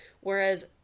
whereas